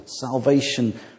salvation